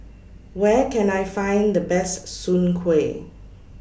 Where Can I Find The Best Soon Kway